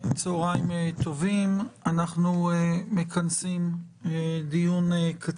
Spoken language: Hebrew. צוהריים טובים, אנחנו פותחים את הדיון.